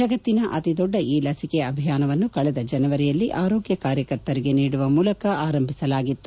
ಜಗತ್ತಿನ ಅತಿ ದೊಡ್ಡ ಈ ಲಸಿಕೆ ಅಭಿಯಾನವನ್ನು ಕಳೆದ ಜನವರಿಯಲ್ಲಿ ಆರೋಗ್ಯ ಕಾರ್ಯಕರ್ತರಿಗೆ ನೀಡುವ ಮೂಲಕ ಆರಂಭಿಸಲಾಗಿತ್ತು